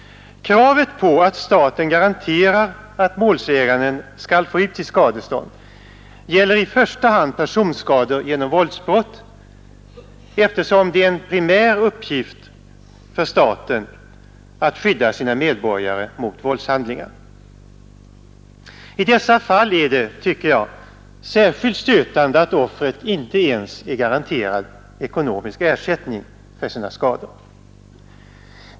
Kravet på att staten garanterar att målsäganden skall få ut sitt skadestånd gäller i första hand personskador genom våldsbrott, eftersom det är en primär uppgift för staten att skydda sina medborgare mot våldshandlingar. I dessa fall är det, tycker jag, särskilt stötande att offret inte ens garanteras ekonomisk ersättning för sina skador.